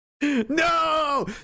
No